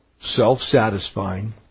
self-satisfying